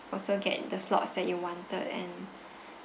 also get the slots that you wanted and